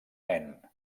nen